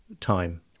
time